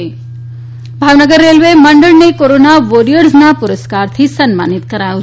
ભાવનગર રેલ મંડળ ભાવનગર રેલવે મંડળને કોરોના વોરિવર્સના પુરસ્કારથી સન્માનીત કરાયું